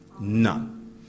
None